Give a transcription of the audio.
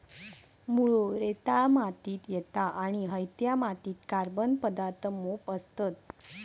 मुळो रेताळ मातीत येता आणि हयत्या मातीत कार्बन पदार्थ मोप असतत